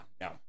no